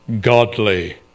godly